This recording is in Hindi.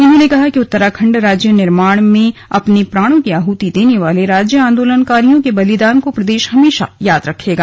उन्होंने कहा कि उत्तराखण्ड राज्य निर्माण में अपने प्राणों की आहृति देने वाले राज्य आन्दोलकारियों के बलिदान को प्रदेश हमेशा याद रखेगा